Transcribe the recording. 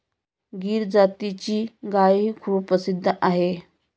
गीर जातीची गायही खूप प्रसिद्ध आहे